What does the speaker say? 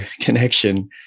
connection